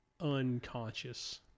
unconscious